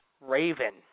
Raven